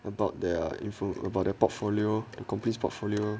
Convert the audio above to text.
about their info about their portfolio the company portfolio